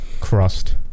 Crust